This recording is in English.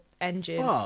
engine